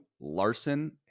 Larson